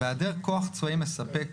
והיעדר כוח צבאי מספק,